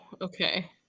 okay